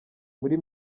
muri